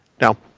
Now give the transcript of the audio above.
Now